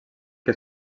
que